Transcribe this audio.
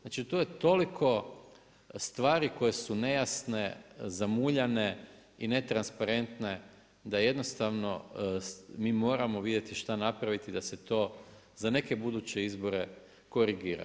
Znači, tu je toliko stvari koje su nejasne, zamuljane i netransparentne da jednostavno mi moramo vidjeti šta napraviti da se to za neke buduće izbore korigira.